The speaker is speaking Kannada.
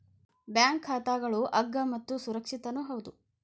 ಬ್ಯಾಂಕ್ ಖಾತಾಗಳು ಅಗ್ಗ ಮತ್ತು ಸುರಕ್ಷಿತನೂ ಹೌದು